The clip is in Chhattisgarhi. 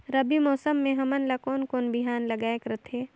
रबी मौसम मे हमन ला कोन कोन बिहान लगायेक रथे?